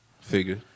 Figure